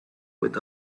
with